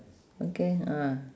okay ah